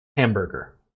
Hamburger